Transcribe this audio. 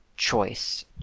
Choice